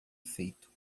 feito